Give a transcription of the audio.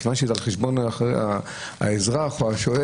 מכיוון שזה על חשבון האזרח או השוהה,